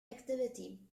activity